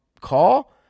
Call